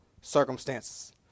circumstances